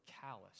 callous